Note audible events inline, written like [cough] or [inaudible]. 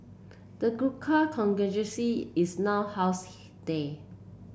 the Gurkha [unintelligible] is now housed there